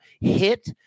hit